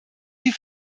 wie